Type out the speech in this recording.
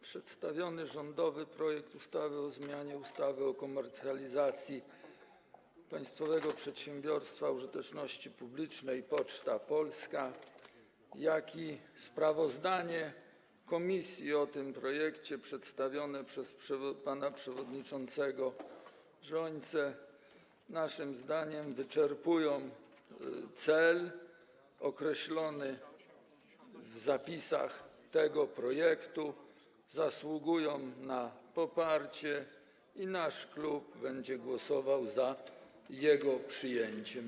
Przedstawiony rządowy projekt ustawy o zmianie ustawy o komercjalizacji państwowego przedsiębiorstwa użyteczności publicznej „Poczta Polska”, jak również sprawozdanie komisji o tym projekcie przedstawione przez pana przewodniczącego Rzońcę naszym zdaniem wyczerpują cel określony w zapisach tego projektu i zasługują na poparcie, w związku z tym nasz klub będzie głosował za przyjęciem tego projektu.